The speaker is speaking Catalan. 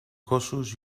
gossos